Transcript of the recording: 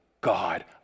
God